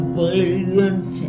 brilliant